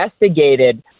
investigated